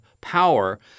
power